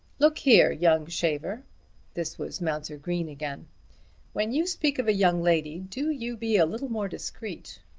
look here, young shaver this was mounser green again when you speak of a young lady do you be a little more discreet.